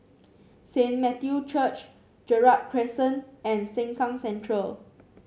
Saint Matthew Church Gerald Crescent and Sengkang Central